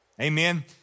Amen